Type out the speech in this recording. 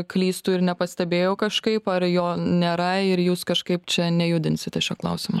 klystu ir nepastebėjau kažkaip ar jo nėra ir jūs kažkaip čia nejudinsite šio klausimo